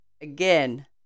Again